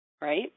right